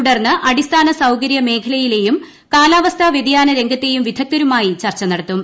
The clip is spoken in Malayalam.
തുടർന്ന് അടിസ്ഥാന സൌകര്യ മേഖലയിലേയും കാലാവസ്ഥാ വ്യതിയാന രംഗത്തേയൂം വിദഗ്ധരുമായി ചർച്ച നടത്തും